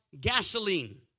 gasoline